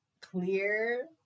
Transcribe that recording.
clear